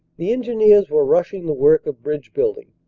the engineers were rushing the work of bridge building.